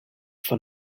for